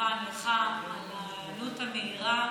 וכמובן לך על ההיענות המהירה.